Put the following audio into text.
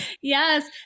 Yes